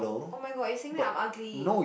[oh]-my-god you're saying that I'm ugly